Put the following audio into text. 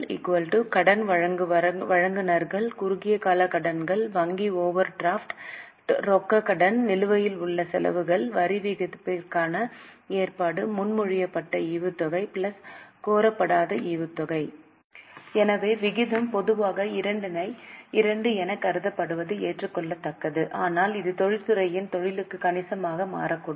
L கடன் வழங்குநர்கள் குறுகிய கால கடன்கள் வங்கி ஓவர் டிராஃப்ட் ரொக்க கடன் நிலுவையில் உள்ள செலவுகள் வரிவிதிப்புக்கான ஏற்பாடு முன்மொழியப்பட்ட ஈவுத்தொகை கோரப்படாத ஈவுத்தொகை எனவே விகிதம் பொதுவாக 2 எனக் கருதப்படுவது ஏற்றுக்கொள்ளத்தக்கது ஆனால் இது தொழில்துறையிலிருந்து தொழிலுக்கு கணிசமாக மாறக்கூடும்